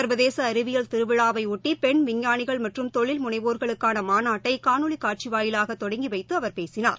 ச்வதேகஅறிவியல் திருவிழாவையாட்டிபெண் விஞ்ஞானிகள் தொழில் மற்றும் முனைவோர்களுக்கானமாநாட்டைகாணொலிகாட்சிவாயிலாகதொடங்கிவைத்துஅவர் பேசினார்